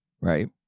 Right